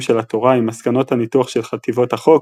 של התורה עם מסקנות הניתוח של חטיבות החוק,